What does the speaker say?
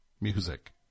music